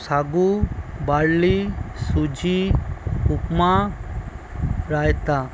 সাগু বার্লি সুজি উপমা রায়তা